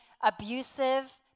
abusive